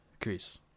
chris